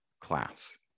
class